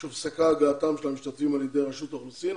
שהופסקה על דעתם של המשתתפים על ידי רשות האוכלוסין.